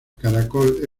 caracol